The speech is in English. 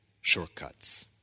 shortcuts